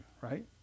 right